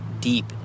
deep